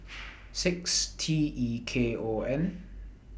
six T E K O N